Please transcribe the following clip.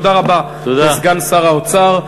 תודה רבה לסגן שר האוצר.